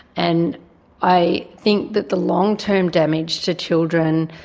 and i think that the long-term damage to children,